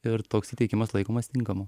ir toks įteikimas laikomas tinkamu